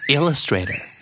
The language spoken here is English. Illustrator